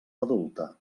adulta